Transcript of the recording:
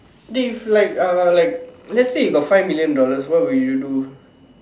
dey if like uh like let's say you got five million dollars what would you do